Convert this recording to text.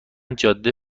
جاده